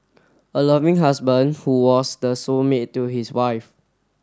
a loving husband who was the soul mate to his wife